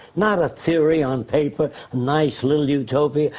not a theory on paper, nice little utopia,